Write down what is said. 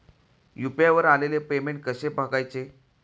UPI वर आलेले payment कसे बघायचे?